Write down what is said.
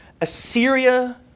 Assyria